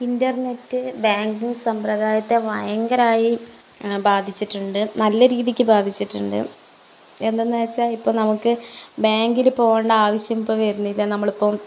internet banking സംമ്പ്രദായത്തെ ഭയങ്കരമായി ബാധിച്ചിട്ടുണ്ട് നല്ല രീതിക്ക് ബാധിച്ചിട്ടുണ്ട് എന്തെന്ന് വെച്ചാൽ ഇപ്പോൾ നമുക്ക് ബാങ്കിൽ പോകേണ്ട ആവശ്യം ഇപ്പോൾ വരുന്നില്ല നമ്മളിപ്പം